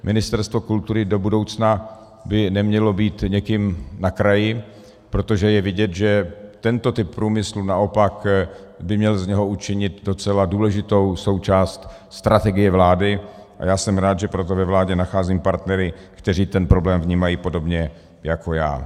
Ministerstvo kultury do budoucna by nemělo být někým na kraji, protože je vidět, že tento typ průmyslu naopak by měl z něho učinit docela důležitou součást strategie vlády, a já jsem rád, že pro to ve vládě nacházím partnery, kteří ten problém vnímají podobně jako já.